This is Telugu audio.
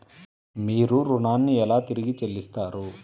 మీరు ఋణాన్ని ఎలా తిరిగి చెల్లిస్తారు?